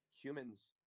humans